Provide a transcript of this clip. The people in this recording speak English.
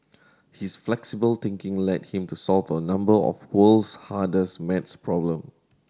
his flexible thinking led him to solve a number of world's hardest math problem